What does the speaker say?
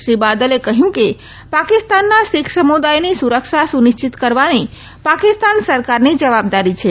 શ્રી બાદલે કહયું કે પાકિસ્તાનના શીખ સમુદાયની સુરક્ષા સુનિશ્ચિત કરવાની પાકિસ્તાન સરકારની જવાબદારી છે